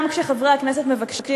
גם כשחברי הכנסת מבקשים,